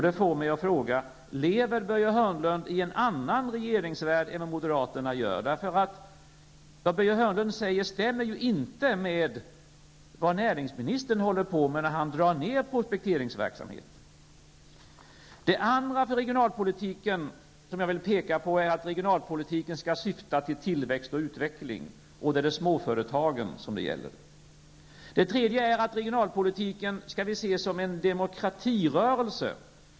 Det får mig att undra: Lever Börje Hörnlund i en annan regeringsvärld än moderaterna? Vad Börje Hörnlund säger överensstämmer ju inte med det som näringsministern håller på med. Den senare drar ju ned på prospekteringsverksamheten. För det andra vill jag när det gäller regionalpolitiken peka på att denna skall syfta till tillväxt och utveckling. Det är småföretagen som det då gäller. För det tredje skall regionalpolitiken ses som en demokratirörelse.